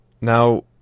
Now